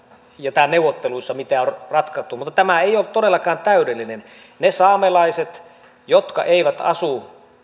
ja neuvotteluissa taustalla mitä on ratkottu mutta tämä ei ole todellakaan täydellinen ne saamelaiset jotka eivät asu